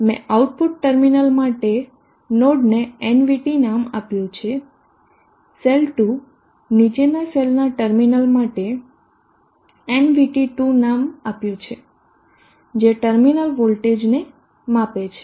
મેં output terminal માટે નોડને nVt નામ આપ્યું છે સેલ 2 નીચેના સેલનાં ટર્મિનલ માટે nVt2 નામ આપ્યું છે જે ટર્મિનલ વોલ્ટેજને માપે છે